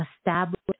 establish